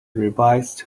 revised